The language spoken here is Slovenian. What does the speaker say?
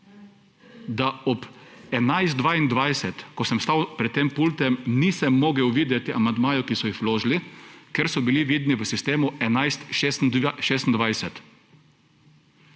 da ob 11.22, ko sem stal pred tem pultom, nisem mogel videti amandmajev, ki so jih vložili, ker so bili vidni v sistemu 11.26.